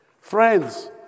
Friends